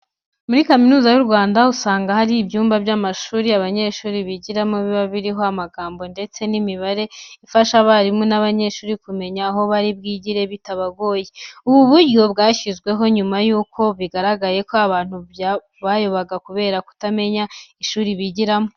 Muri Kaminuza y'u Rwanda usanga hari ibyumba by'amashuri abanyeshuri bigiramo biba biriho amagambo ndetse n'imibare ifasha abarimu n'abanyeshuri kumenya aho bari bwigire bitabagoye. Ubu buryo, bwashyizweho nyuma yuko bigaragaye ko abantu bayobaga kubera kutamenya ishuri bigiramo.